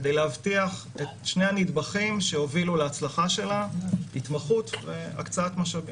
כדי להבטיח את שני הנדבכים שהובילו להצלחה שלה: התמחות והקצאת משאבים.